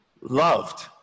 loved